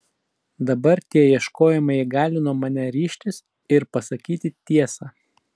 dabar tie ieškojimai įgalino mane ryžtis ir pasakyti tiesą